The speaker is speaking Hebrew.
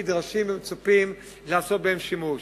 נדרשים ומצופים לעשות בו שימוש.